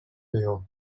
peó